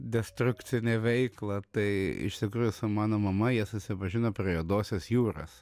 destrukcinę veiklą tai iš tikrųjų su mano mama jie susipažino prie juodosios jūros